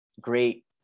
great